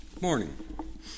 morning